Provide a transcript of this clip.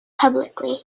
publicly